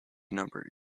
number